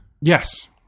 Yes